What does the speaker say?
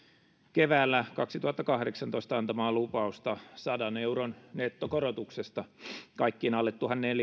keväällä kaksituhattakahdeksantoista antamaa lupausta sadan euron nettokorotuksesta kaikkiin alle